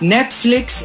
Netflix